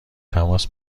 تماس